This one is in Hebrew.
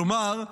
כלומר,